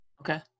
Okay